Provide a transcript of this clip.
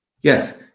Yes